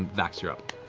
and vax, you're up.